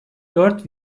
dört